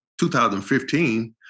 2015